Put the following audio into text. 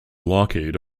lougheed